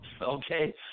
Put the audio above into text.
Okay